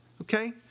okay